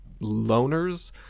loners